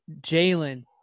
Jalen